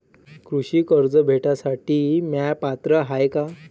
कृषी कर्ज भेटासाठी म्या पात्र हाय का?